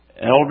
Elder